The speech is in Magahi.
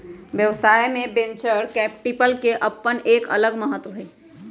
व्यवसाय में वेंचर कैपिटल के अपन एक अलग महत्व हई